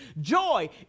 Joy